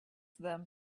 them